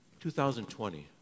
2020